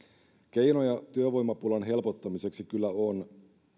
keinoja työvoimapulan helpottamiseksi maataloudessa kyllä on